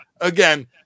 again